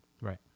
Right